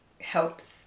helps